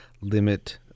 limit